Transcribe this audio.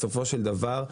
בסופו של דבר,